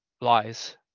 lies